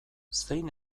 zein